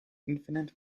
infinite